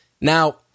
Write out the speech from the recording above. now